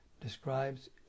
describes